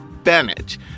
Bennett